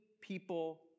people